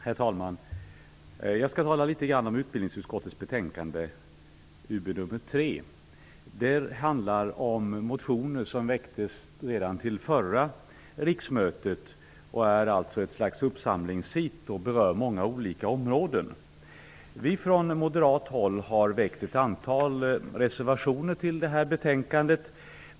Herr talman! Jag skall tala litet om utbildningsutskottets betänkande nr 3. Där behandlas motioner som väcktes redan till förra riksmötet. Det är alltså ett slags uppsamlingsheat som berör många olika områden. Vi från moderat håll har avgett ett antal reservationer till det här betänkandet.